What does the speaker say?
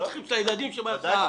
זה לפי הצרכים של הילדים בהסעה.